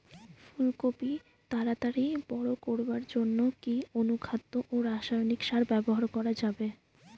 ফুল কপি তাড়াতাড়ি বড় করার জন্য কি অনুখাদ্য ও রাসায়নিক সার ব্যবহার করা যাবে?